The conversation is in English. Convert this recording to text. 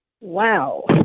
Wow